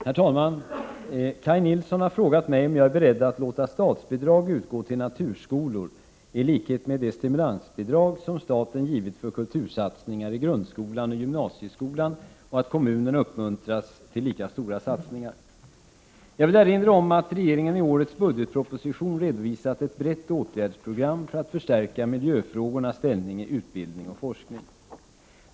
Herr talman! Kaj Nilsson har frågat mig om jag är beredd att låta statsbidrag utgå till naturskolor i likhet med det stimulansbidrag som staten givit för kultursatsningar i grundskolan och gymnasieskolan och medverka till att kommunerna uppmuntras till lika stora satsningar. Jag vill erinra om att regeringen i årets budgetproposition redovisat ett brett åtgärdsprogram för att förstärka miljöfrågornas ställning i utbildning och forskning.